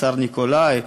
הצאר ניקולאי.